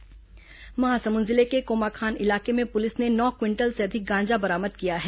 गांजा बरामद महासमुंद जिले के कोमाखान इलाके में पुलिस ने नौ क्विंटल से अधिक गांजा बरामद किया है